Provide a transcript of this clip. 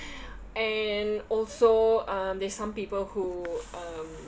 and also um there's some people who um